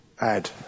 Add